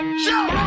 Show